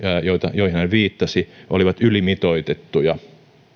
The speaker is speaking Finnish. joihin hän viittasi olivat ylimitoitettuja